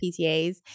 PTAs